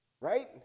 right